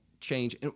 change